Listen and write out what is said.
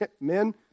men